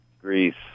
Greece